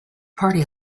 party